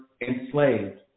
enslaved